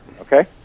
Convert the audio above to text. Okay